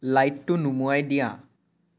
লাইটটো নুমুৱাই দিয়া